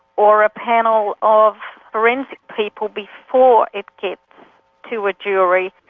or a panel of forensic people before it gets to a jury,